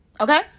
okay